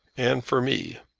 and for me.